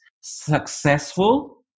successful